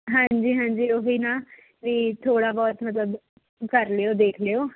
ਹਾਂਜੀ ਹਾਂਜੀ ਉਹ ਹੀ ਨਾ ਵੀ ਥੋੜ੍ਹਾ ਬਹੁਤ ਮਤਲਬ ਕਰ ਲਿਓ ਦੇਖ ਲਿਓ